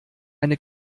eine